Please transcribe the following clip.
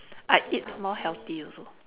I eat more healthy also